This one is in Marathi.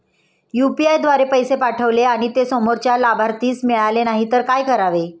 यु.पी.आय द्वारे पैसे पाठवले आणि ते समोरच्या लाभार्थीस मिळाले नाही तर काय करावे?